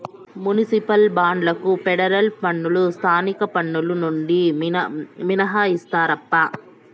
municipal బాండ్లకు federal పన్నులు స్థానిక పన్నులు నుండి మినహాయిస్తారప్పా